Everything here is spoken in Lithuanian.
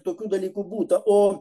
tokių dalykų būta o